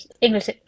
English